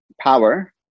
power